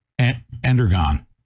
Endergon